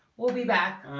we'll be back